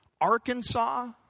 Arkansas